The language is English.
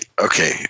Okay